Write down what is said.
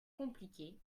compliquée